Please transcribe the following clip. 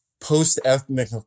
post-ethnic